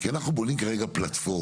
כי אנחנו בונים כרגע פלטפורמה.